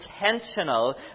intentional